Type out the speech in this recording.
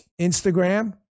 Instagram